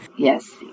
Yes